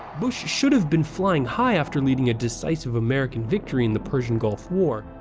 bush should've been flying high after leading a decisive american victory in the persian gulf war.